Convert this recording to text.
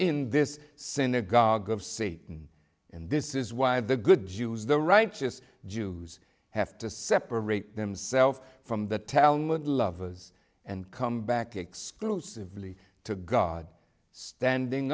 in this synagogue of satan and this is why the good jews the righteous jews have to separate themselves from the talmud lovers and come back exclusively to god standing